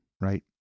Right